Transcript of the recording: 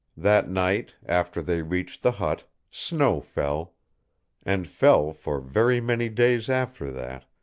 that night, after they reached the hut, snow fell and fell for very many days after that,